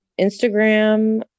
Instagram